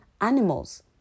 animals